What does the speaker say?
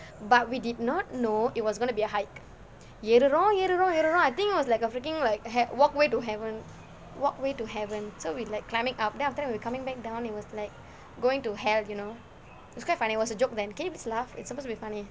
but we did not know it was going to be a hike ஏறுறோம் ஏறுறோம் ஏறுறோம்:aeruroam aeruroam aeruroam I think it was like freaking like walkway to heaven walkway to heaven so we were like climbing up then after that when we were coming back down it was like going to hell you know it's quite funny it was a joke then can you just laugh it's supposed to be funny